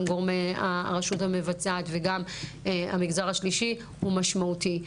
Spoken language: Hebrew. של הרשות המבצעת וגם המגזר השלישי הוא משמעותי.